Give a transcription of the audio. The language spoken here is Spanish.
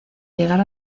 llegar